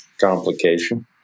complication